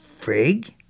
frig